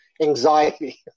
anxiety